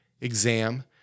exam